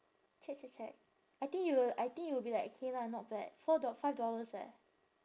check check check I think you will I think you will be like okay lah not bad four dol~ five dollars eh